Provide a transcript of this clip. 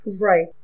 Right